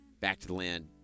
back-to-the-land